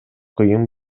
кыйын